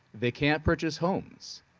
they can't purchase homes.